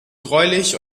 gräulich